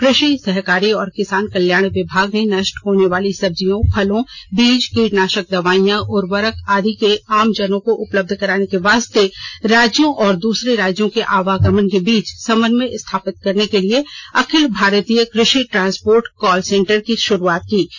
कृषि सहकारी और किसान कल्याण विभाग ने नष्ट होने वाले सब्जियों फलों और बीज कीटनाशक दवाईयां उर्वरक आदि आम जन को उपलब्ध कराने के वास्ते राज्यों और दूसरे राज्यों के आवागमन के बीच समन्वय स्थापित करने के लिए अखिल भारतीय कृषि ट्रांसपोर्ट कॉल सेन्टर की शुरूआत की है